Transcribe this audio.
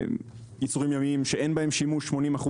80% יצורים ימיים שאין בהם שימוש,